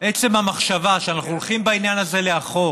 עצם המחשבה שאנחנו הולכים בעניין הזה לאחור